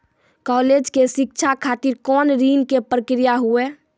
College के शिक्षा खातिर कौन ऋण के प्रक्रिया हुई?